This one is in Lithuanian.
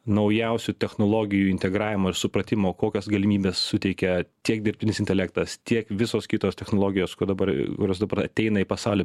naujausių technologijų integravimo ir supratimo kokias galimybes suteikia tiek dirbtinis intelektas tiek visos kitos technologijos ko dabar kurios dabar ateina į pasaulį